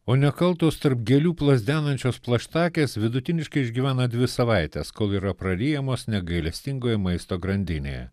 o nekaltos tarp gėlių plazdenančios plaštakės vidutiniškai išgyvena dvi savaites kol yra praryjamos negailestingoje maisto grandinėje